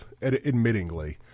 admittingly